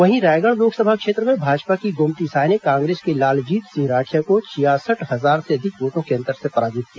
वहीं रायगढ़ लोकसभा क्षेत्र में भाजपा की गोमती साय ने कांग्रेस के लालजीत सिंह राठिया को छियासठ हजार से अधिक वोटों के अंतर से पराजित किया